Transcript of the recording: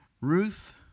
Ruth